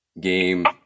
Game